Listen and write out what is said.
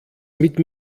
mit